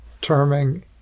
terming